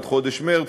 עד חודש מרס,